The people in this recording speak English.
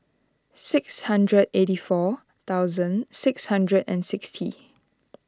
six hundred eighty four thousand six hundred and sixty